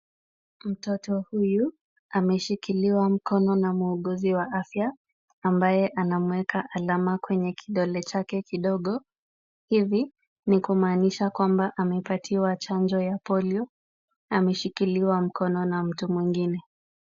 Mtoto huyu ameshilikiwa mkono na muhuguzi wa afya, ambaye anamweka alama kwenye kidole chake kidogo. Hivi ni kumanisha kwamba amepatiwa chanjo ya polio. Ameshikiliwa mkono na mtu mwingine.